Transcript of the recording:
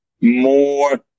more